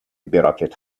براکت